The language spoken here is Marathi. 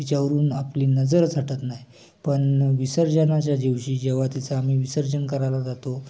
तिच्यावरून आपली नजरच हटत नाही पण विसर्जनाच्या दिवशी जेव्हा तिचं आम्ही विसर्जन करायला जातो